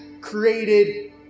created